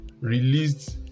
released